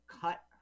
cut